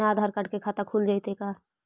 बिना आधार कार्ड के खाता खुल जइतै का?